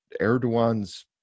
Erdogan's